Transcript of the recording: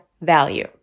value